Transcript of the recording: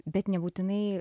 bet nebūtinai